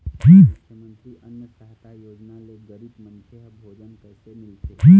मुख्यमंतरी अन्न सहायता योजना ले गरीब मनखे ह भोजन कइसे मिलथे?